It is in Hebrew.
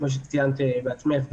כמו שציינת בעצמך,